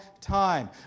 time